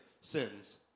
sins